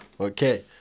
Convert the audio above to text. okay